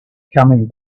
coming